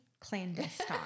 clandestine